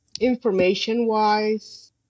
information-wise